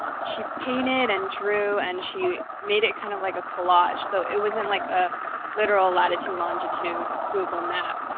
she painted and drew, and she made it kind of like a collage though, it wasn't like a literal latitude longitude google map.